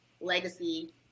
legacy